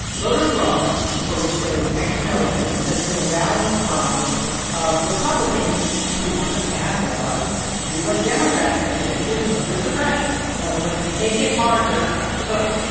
voter fraud, for which there is next to no evidence, has been the rallying cry of republicans who want to pass laws to do what democrats say is voter suppression in other words, make it harder to vote.